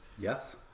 Yes